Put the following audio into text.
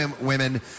women